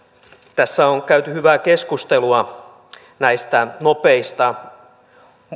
tässä on käyty hyvää keskustelua näistä nopeista